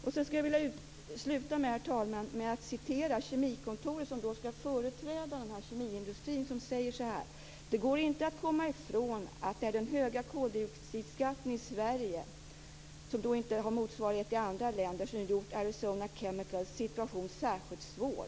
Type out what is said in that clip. Jag vill avsluta, herr talman, med att återge vad man säger vid kemikontoret, som skall företräda kemiindustrin: Det går inte att komma ifrån att det är den höga koldioxidskatten i Sverige, som inte har motsvarighet i andra länder, som har gjort Arizona Chemicals situation särskilt svår.